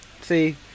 See